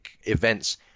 events